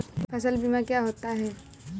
फसल बीमा क्या होता है?